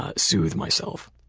ah soothe myself,